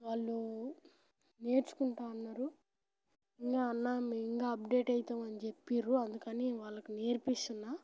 వాళ్ళు నేర్చుకుంటా అన్నారు ఇంకా అన్న మేము ఇంకా అప్డేట్ అవుతాం అని చెప్పిర్రు అందుకని వాళ్ళకు నేర్పిస్తున్నాను